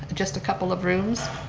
just a couple of rooms.